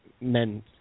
Men